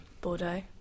bordeaux